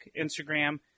Instagram